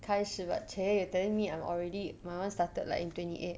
开始 but !chey! you telling me I'm already my [one] started like in twenty eight